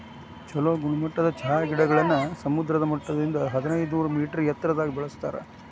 ಚೊಲೋ ಗುಣಮಟ್ಟದ ಚಹಾ ಗಿಡಗಳನ್ನ ಸಮುದ್ರ ಮಟ್ಟದಿಂದ ಹದಿನೈದನೂರ ಮೇಟರ್ ಎತ್ತರದಾಗ ಬೆಳೆಸ್ತಾರ